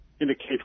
indicate